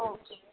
অঁ